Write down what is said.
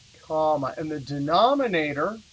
comma. and the denominator,